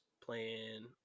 playing